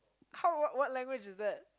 how what what language is that